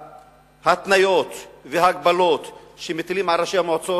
וההתניות וההגבלות שמטילים על ראשי המועצות,